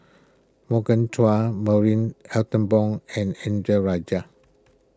Morgan Chua Marie Ethel Bong and Indranee Rajah